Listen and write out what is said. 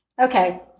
Okay